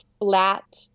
flat